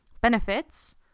benefits